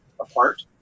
Apart